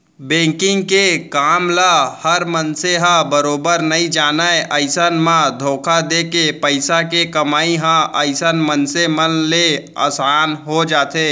banking के काम ल हर मनसे ह बरोबर नइ जानय अइसन म धोखा देके पइसा के कमई ह अइसन मनसे मन ले असान हो जाथे